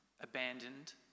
abandoned